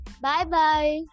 Bye-bye